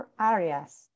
Areas